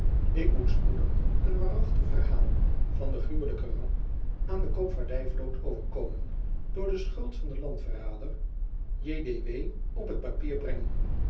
ik moet spoedig een waarachtig verhaal van de gruwelijke ramp aan de koopvaardyvloot overkomen door de schuld van den landverrader j d w op t papier brengen